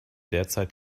derzeit